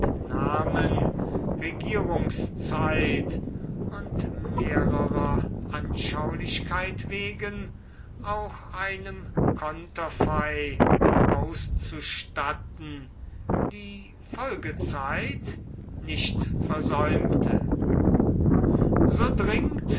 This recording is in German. namen regierungszeit und mehrerer anschaulichkeit wegen auch einem konterfei auszustatten die folgezeit nicht versäumte so dringt